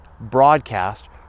broadcast